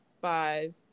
five